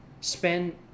spend